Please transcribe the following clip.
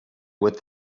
with